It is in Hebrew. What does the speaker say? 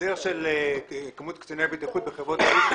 ההסדר של כמות קציני בטיחות בחברות ליסינג